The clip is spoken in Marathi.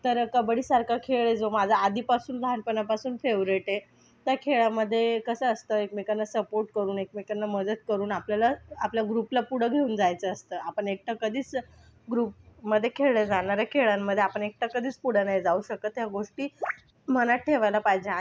तर कबड्डीसारखा खेळ जो माझा आधीपासून लहानपणापासून फेवरेट आहे त्या खेळामध्ये कसं असतं एकमेकांना सपोर्ट करून एकमेकांना मदत करून आपल्याला आपल्या ग्रुपला पुढे घेऊन जायचे असते आपण एकटा कधीच ग्रुपमध्ये खेळल्या जाणाऱ्या खेळांमध्ये आपण एकटा कधीच पुढं नाही जाऊ शकत ह्या गोष्टी मनात ठेवायला पाहिजे